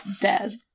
dead